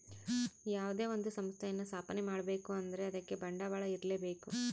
ಯಾವುದೇ ಒಂದು ಸಂಸ್ಥೆಯನ್ನು ಸ್ಥಾಪನೆ ಮಾಡ್ಬೇಕು ಅಂದ್ರೆ ಅದಕ್ಕೆ ಬಂಡವಾಳ ಇರ್ಲೇಬೇಕು